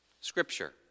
Scripture